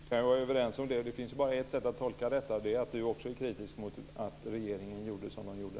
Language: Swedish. Fru talman! Jag är överens om det. Det finns bara ett sätt att tolka detta. Det är att Owe Hellberg också är kritisk mot att regeringen gjorde som den gjorde.